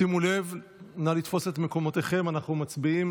שימו לב, נא לתפוס את מקומותיכם, אנחנו מצביעים.